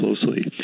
closely